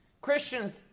Christians